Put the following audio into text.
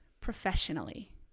professionally